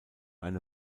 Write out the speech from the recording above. eine